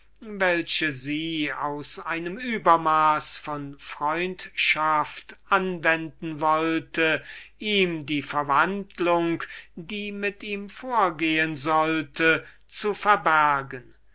welche sie aus einem übermaß von freundschaft anwenden wollte ihm die verwandlung die mit ihm vorgehen sollte zu verbergen